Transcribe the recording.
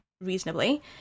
reasonably